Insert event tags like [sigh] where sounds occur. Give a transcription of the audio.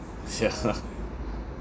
yeah [laughs]